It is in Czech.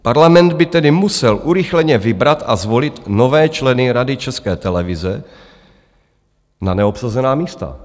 Parlament by tedy musel urychleně vybrat a zvolit nové členy Rady České televize na neobsazená místa.